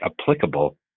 applicable